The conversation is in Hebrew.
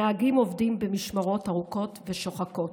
הנהגים עובדים במשמרות ארוכות ושוחקות.